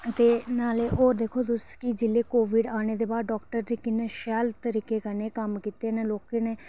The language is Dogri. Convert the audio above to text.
ते नाले होर दिक्खो तुस्स कि जिल्लै कोविड आने दे बाद डाक्टर किन्ने शैल तरीके कन्नै कम्म कीते न लोकें